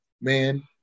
man